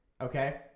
Okay